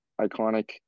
iconic